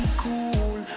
cool